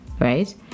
right